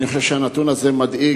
אני חושב שהנתון הזה מדאיג,